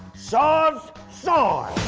saws sawing.